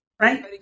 Right